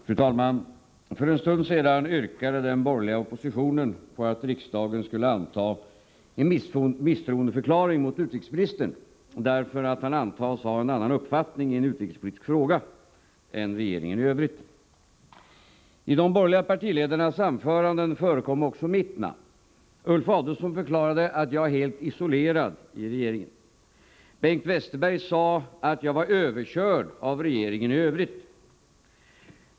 Fru talman! För en stund sedan yrkade den borgerliga oppositionen att riksdagen skulle besluta om misstroendeförklaring mot utrikesministern, därför att denne antas ha en annan uppfattning i en utrikespolitisk fråga än regeringen i övrigt. I de borgerliga partiledarnas anföranden förekom även mitt namn. Ulf Adelsohn förklarade att jag är helt isolerad i regeringen. Bengt Westerberg sade att jag var överkörd av regeringen i övrigt.